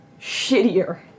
shittier